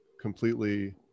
completely